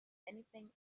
anything